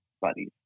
buddies